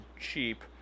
cheap